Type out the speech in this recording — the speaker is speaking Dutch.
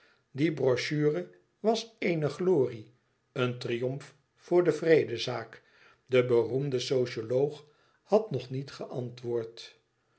die brochure was eene glorie een triomf voor de vrede zaak de beroemde socioloog had nog niet geantwoord